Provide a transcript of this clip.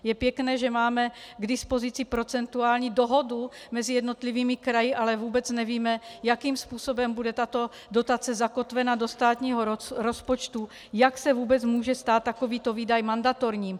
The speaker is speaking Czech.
Je pěkné, že máme k dispozici procentuální dohodu mezi jednotlivými kraji, ale vůbec nevíme, jakým způsobem bude tato dotace zakotvena do státního rozpočtu, jak se vůbec může stát takovýto výdaj mandatorním.